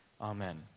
Amen